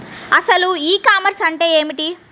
అసలు ఈ కామర్స్ అంటే ఏమిటి?